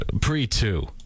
Pre-two